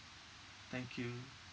thank you